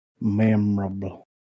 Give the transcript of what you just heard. Memorable